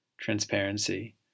Transparency